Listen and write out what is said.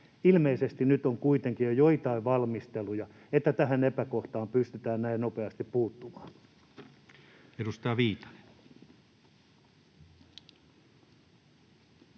ilmeisesti nyt on kuitenkin jo joitain valmisteluja, että tähän epäkohtaan pystytään näin nopeasti puuttumaan? [Speech